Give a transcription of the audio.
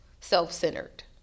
Self-centered